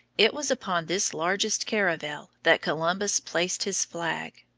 it was upon this largest caravel that columbus placed his flag.